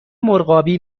مرغابی